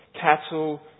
cattle